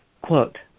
quote